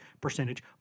percentage